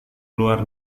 luar